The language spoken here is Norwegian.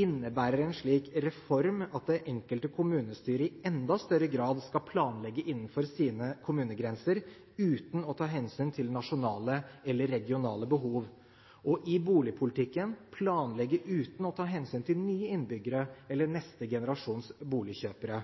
Innebærer en slik reform at det enkelte kommunestyret i enda større grad skal planlegge innenfor sine kommunegrenser uten å ta hensyn til nasjonale eller regionale behov? Og i boligpolitikken: planlegge uten å ta hensyn til nye innbyggere eller neste generasjons boligkjøpere?